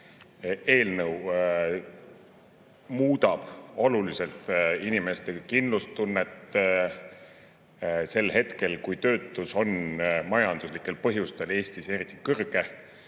Eelnõu muudab oluliselt inimeste kindlustunnet sel hetkel, kui töötus on majanduslikel põhjustel Eestis eriti kõrge,